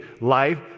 life